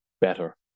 better